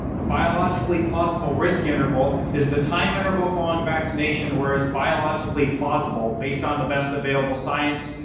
a biologically plausible risk interval is the time interval following vaccination where is biologically plausible based on the best available science,